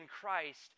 Christ